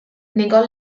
negò